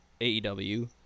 AEW